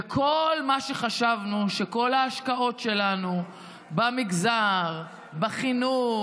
וכל מה שחשבנו, כל ההשקעות שלנו במגזר בחינוך,